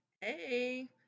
Hey